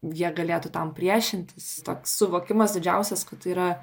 jie galėtų tam priešintis toks suvokimas didžiausias kad tai yra